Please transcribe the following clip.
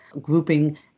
grouping